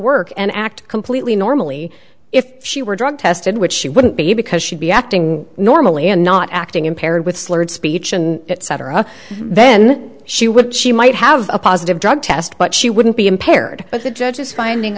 work and act completely normally if she were drug tested which she wouldn't be because she'd be acting normally and not acting impaired with slurred speech etc then she would she might have a positive drug test but she wouldn't be impaired but the judge's finding